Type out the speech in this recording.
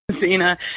Zena